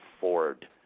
Ford